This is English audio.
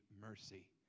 mercy